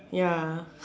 ya